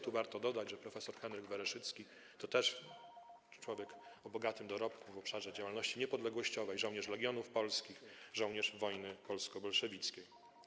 Tu warto dodać, że prof. Henryk Wereszycki to też człowiek o bogatym dorobku w obszarze działalności niepodległościowej, żołnierz Legionów Polskich, uczestnik wojny polsko-bolszewickiej.